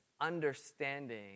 understanding